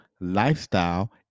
lifestyle